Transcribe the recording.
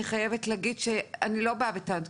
אני חייבת להגיד שאני לא באה בטענות,